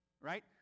Right